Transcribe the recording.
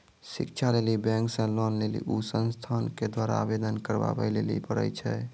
शिक्षा लेली बैंक से लोन लेली उ संस्थान के द्वारा आवेदन करबाबै लेली पर छै?